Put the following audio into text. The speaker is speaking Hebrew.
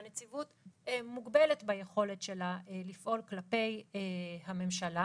שהנציבות מוגבלת ביכולת שלה לפעול כלפי הממשלה,